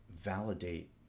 validate